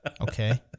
Okay